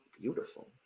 Beautiful